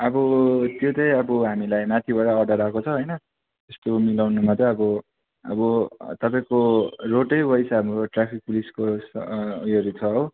अब त्यो चाहिँ अब हामीलाई माथिबाट अर्डर आएको छ होइन यस्तो मिलाउनुमा चाहिँ अब अब तपाईँको रोटै वाइस हाम्रो ट्राफिक पुलिसको उयस उयोहरू छ हो